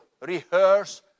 rehearse